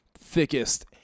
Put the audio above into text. thickest